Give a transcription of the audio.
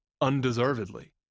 undeservedly